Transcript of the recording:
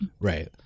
Right